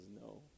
no